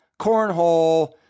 cornhole